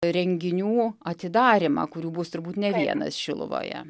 renginių atidarymą kurių bus turbūt ne vienas šiluvoje